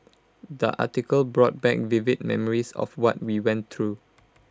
the article brought back vivid memories of what we went through